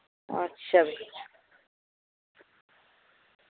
अच्छा फ्ही